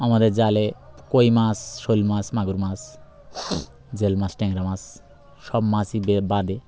আমাদের জালে কই মাছ শোল মাছ মাগুর মাছ জেল মাছ ট্যাংরা মাছ সব মাছই বাঁধে